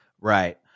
Right